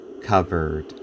covered